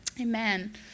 Amen